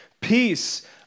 peace